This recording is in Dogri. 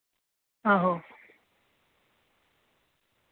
आहो